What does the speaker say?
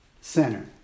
center